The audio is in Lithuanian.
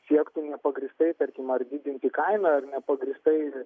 siektų nepagrįstai tarkim ar didinti kainą ar nepagrįstai